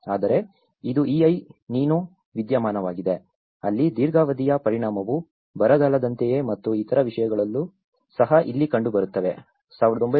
ಆದರೆ ಇದು El Nino ವಿದ್ಯಮಾನವಾಗಿದೆ ಅಲ್ಲಿ ದೀರ್ಘಾವಧಿಯ ಪರಿಣಾಮವು ಬರಗಾಲದಂತೆಯೇ ಮತ್ತು ಇತರ ವಿಷಯಗಳೂ ಸಹ ಇಲ್ಲಿ ಕಂಡುಬರುತ್ತವೆ